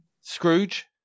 Scrooge